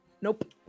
Nope